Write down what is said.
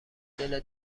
دلت